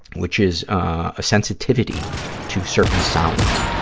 which is a sensitivity to certain sounds,